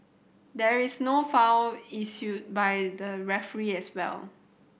there is no foul issued by the referee as well